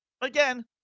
again